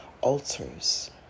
altars